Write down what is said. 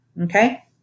okay